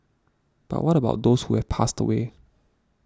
but what about those who have passed away